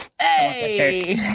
hey